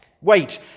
Wait